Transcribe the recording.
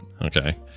Okay